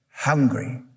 hungry